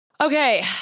Okay